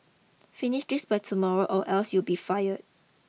finish this by tomorrow or else you'll be fired